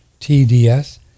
TDS